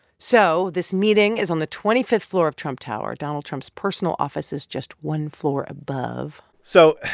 so this meeting is on the twenty fifth floor of trump tower. donald trump's personal office is just one floor above so